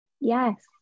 yes